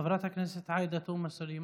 חברת הכנסת עאידה תומא סלימאן,